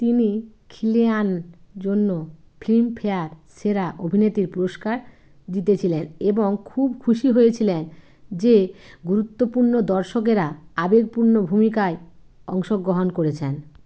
তিনি খিলিয়ান জন্য ফিল্ম ফেয়ার সেরা অভিনেত্রীর পুরস্কার জিতেছিলেন এবং খুব খুশি হয়েছিলেন যে গুরুত্বপূর্ণ দর্শকেরা আবেগপূর্ণ ভূমিকায় অংশগ্রহণ করেছেন